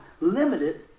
limited